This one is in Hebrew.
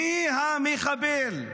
מי המחבל,